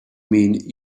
mean